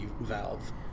valve